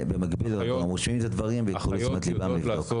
שעדיין יש פער גדול בין היכולת של בתי חולים ציבוריים לעבוד